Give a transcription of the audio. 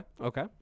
Okay